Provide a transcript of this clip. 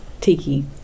Tiki